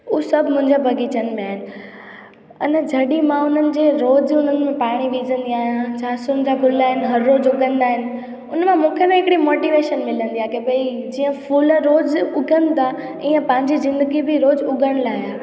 उहा सभु मुंहिंजा बग़ीचनि में आहिनि अने जॾहिं मां उन्हनि जे रोज़ु उन्हनि में पाणी विझंदी आहियां जासून जा गुल आहिनि हर रोज़ु उगंदा आहिनि उन में मूंखे हिकिड़ी मोटिवेशन मिलंदी आहे की भई जीअं फुल रोज़ु उगनि था ईएं पंहिंजी ज़िंदगी बि रोज़ु उगण लाइ आहे